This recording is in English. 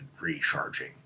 recharging